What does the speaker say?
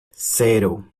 cero